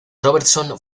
robertson